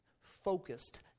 focused